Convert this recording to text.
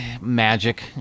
Magic